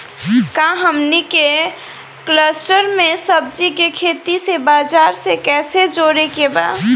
का हमनी के कलस्टर में सब्जी के खेती से बाजार से कैसे जोड़ें के बा?